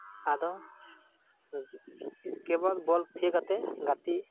ᱟᱫᱚ ᱮᱥᱠᱮᱵᱟᱫ ᱵᱚᱞ ᱛᱷᱤᱭᱟᱹ ᱠᱟᱛᱮᱫ ᱜᱟᱛᱮᱜ